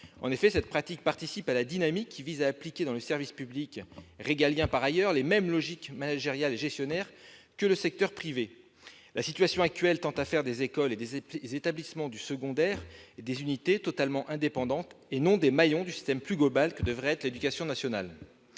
En effet, cette pratique participe à la dynamique visant à appliquer dans le service public, par ailleurs régalien, les mêmes logiques managériales et gestionnaires que dans le secteur privé. La situation actuelle tend à faire des écoles et des établissements du secondaire des unités totalement indépendantes, et non des maillons du système plus global que devrait être l'éducation nationale.